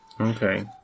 Okay